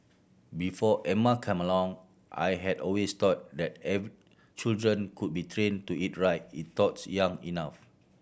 before Emma came along I had always thought that children could be train to eat right if taught young enough